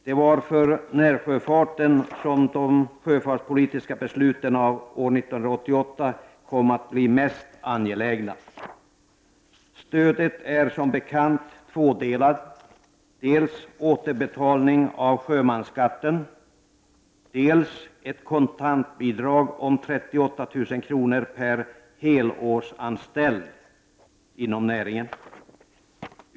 Det var för närsjöfarten som de sjöfartspolitiska besluten av år 1988 kom att bli mest angelägna. Stödet är som bekant tvådelat och består av dels återbetalning av sjömansskatten, dels ett kontantbidrag om 38 000 kr. per helårsanställd inom näringen.